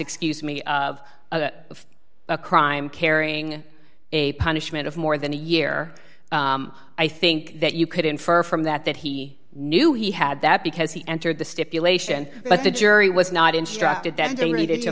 excuse me of a crime carrying a punishment of more than a year i think that you could infer from that that he knew he had that because he entered the stipulation but the jury was not instructed